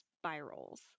spirals